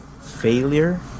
failure